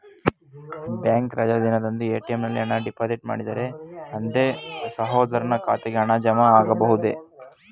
Bank ರಜೆ ದಿನದಂದು ATM ನಲ್ಲಿ ಹಣ ಡಿಪಾಸಿಟ್ ಮಾಡಿದರೆ ಅಂದೇ ಸಹೋದರನ ಖಾತೆಗೆ ಹಣ ಜಮಾ ಆಗಬಹುದೇ?